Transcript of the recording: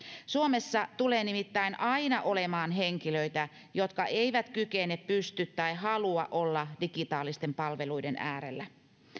suomessa tulee nimittäin aina olemaan henkilöitä jotka eivät kykene tai pysty olemaan tai halua olla digitaalisten palveluiden äärellä